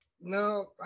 No